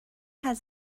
has